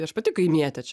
aš pati kaimietė čia